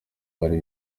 bari